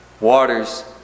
waters